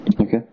Okay